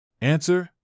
Answer